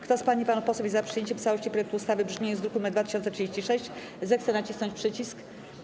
Kto z pań i panów posłów jest za przyjęciem w całości projektu ustawy w brzmieniu z druku nr 2036, zechce nacisnąć przycisk.